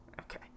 Okay